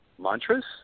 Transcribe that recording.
mantras